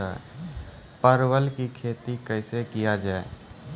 परवल की खेती कैसे किया जाय?